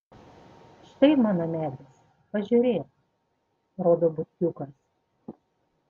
štai mano medis pažiūrėk rodo butkiukas